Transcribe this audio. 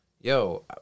Yo